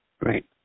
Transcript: Right